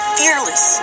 fearless